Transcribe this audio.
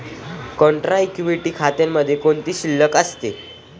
Contra equity खात्यामध्ये कोणती शिल्लक असते?